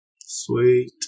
Sweet